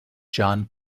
john